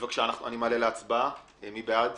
מי בעד?